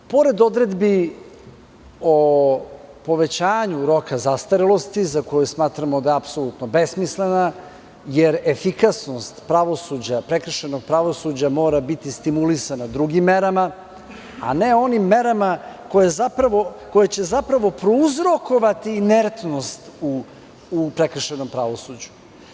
Pored odredbi o povećanju roka zastarelosti, za koju smatramo da je apsolutno besmislena, jer efikasnost pravosuđa mora biti stimulisana drugim merama a ne onim merama koje će zapravo prouzrokovati inertnost u prekršajnom pravosuđu.